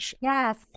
Yes